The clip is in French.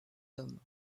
hommes